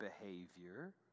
behavior